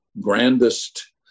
grandest